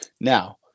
Now